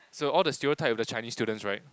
so all the stereotypes with the Chinese students right